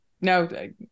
No